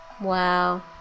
Wow